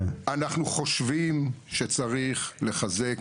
אנחנו חושבים שצריך לחזק